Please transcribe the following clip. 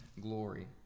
glory